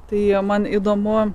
tai man įdomu